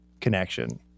connection